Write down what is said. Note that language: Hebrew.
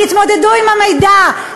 תתמודדו עם המידע.